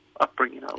upbringing